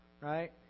Right